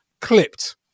clipped